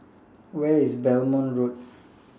Where IS Belmont Road